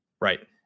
Right